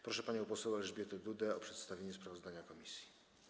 Proszę panią poseł Elżbietę Dudę o przedstawienie sprawozdania komisji.